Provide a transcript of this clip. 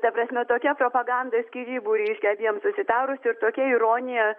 ta prasme tokia propaganda skyrybų reiškia abiem susitarus ir tokia ironija